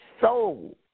soul